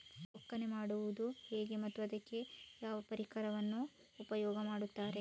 ಒಕ್ಕಣೆ ಮಾಡುವುದು ಹೇಗೆ ಮತ್ತು ಅದಕ್ಕೆ ಯಾವ ಪರಿಕರವನ್ನು ಉಪಯೋಗ ಮಾಡುತ್ತಾರೆ?